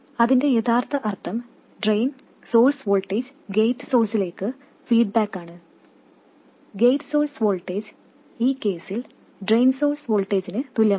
അതിന്റെ യഥാർത്ഥ അർത്ഥം ഡ്രെയിൻ സോഴ്സ് വോൾട്ടേജ് ഗേറ്റ് സോഴ്സിലേക്ക് ഫീഡ്ബാക്കാണ് ഗേറ്റ് സോഴ്സ് വോൾട്ടേജ് ഈ കേസിൽ ഡ്രെയിൻ സോഴ്സ് വോൾട്ടേജിന് തുല്യമാണ്